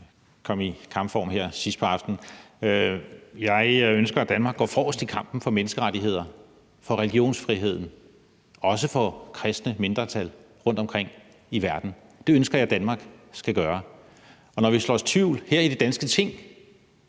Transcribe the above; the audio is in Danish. kom i kampform her sidst på aftenen. Jeg ønsker, at Danmark går forrest i kampen for menneskerettighederne og for religionsfriheden, også for kristne mindretal rundtomkring i verden. Det ønsker jeg at Danmark skal gøre, og når vi her i det danske Ting